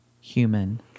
human